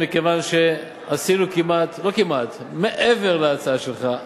מכיוון שעשינו מעבר להצעה שלך,